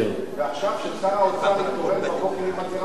ועכשיו כששר האוצר התעורר בבוקר עם הגירעון,